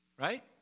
right